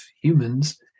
humans